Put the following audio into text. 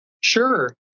Sure